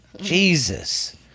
Jesus